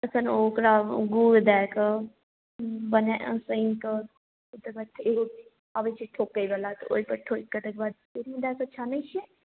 तखन ओ ओकरा गुड़ दए कऽ बनै सानिकऽ तकर बाद एगो अबै छै ठोकैवला तऽ ओइपर ठोकिकऽ तैके बाद तेलमे दऽ कऽ छानै छियै